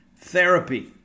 therapy